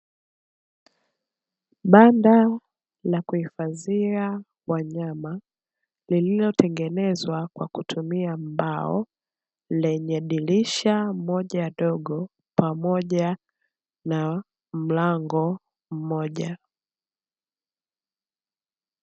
Banda la kuhifadhia wanyama, lililotengenezwa kwa kutumia mbao, lenye dirisha moja dogo pamoja na mlango mmoja.